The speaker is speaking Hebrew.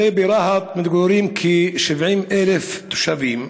הרי ברהט מתגוררים כ-70,000 תושבים.